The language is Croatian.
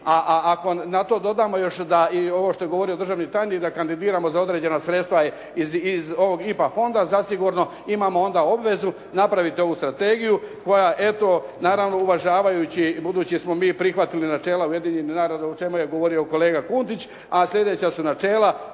A ako na to dodamo još da i ovo što je govorio državni tajnik, da kandidiramo za određena sredstva iz ovog IPA fonda zasigurno imamo onda obvezu napraviti ovu strategiju koja eto naravno uvažavajući budući smo mi prihvatili načela Ujedinjenih naroda o čemu je govorio kolega Kundić, a sljedeća su načela